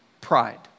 pride